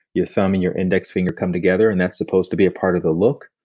your thumb and your index finger come together, and that's supposed to be a part of the look.